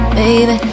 baby